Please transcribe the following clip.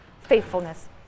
faithfulness